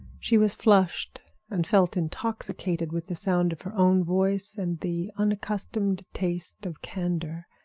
she was flushed and felt intoxicated with the sound of her own voice and the unaccustomed taste of candor.